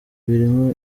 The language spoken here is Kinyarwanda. birimo